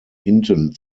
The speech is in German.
hinten